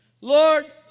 Lord